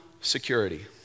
security